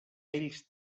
ells